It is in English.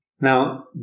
Now